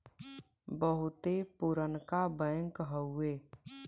बहुते पुरनका बैंक हउए